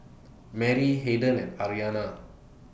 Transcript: Merry Harden and Ayana